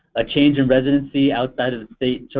a change in residency outside of the state, so